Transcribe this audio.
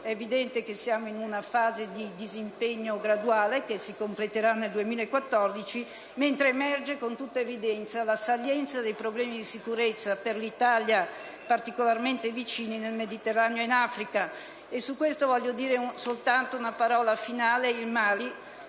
è evidente che siamo in una fase di disimpegno graduale che si completerà nel 2014. Emerge invece con tutta evidenza la salienza dei problemi di sicurezza per l'Italia particolarmente vicini nel Mediterraneo e in Africa. Su questo voglio dire soltanto una parola finale sul Mali.